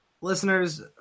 Listeners